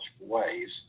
ways